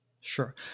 Sure